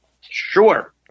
Sure